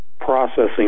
processing